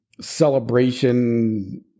celebration